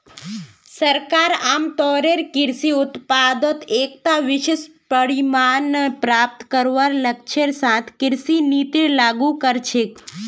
सरकार आमतौरेर कृषि उत्पादत एकता विशिष्ट परिणाम प्राप्त करवार लक्ष्येर साथ कृषि नीतिर लागू कर छेक